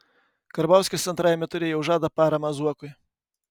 karbauskis antrajame ture jau žada paramą zuokui